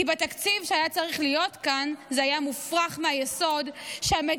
כי בתקציב שהיה צריך להיות כאן זה היה מופרך מהיסוד שהמדינה